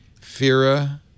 Fira